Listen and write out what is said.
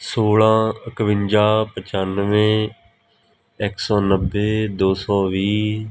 ਸੋਲ੍ਹਾਂ ਇੱਕਵੰਜਾ ਪਚਾਨਵੇਂ ਇੱਕ ਸੌ ਨੱਬੇ ਦੋ ਸੌ ਵੀਹ